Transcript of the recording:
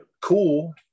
cool